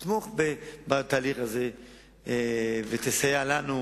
אני מקווה שדווקא אתה תתמוך בתהליך הזה ותסייע לנו,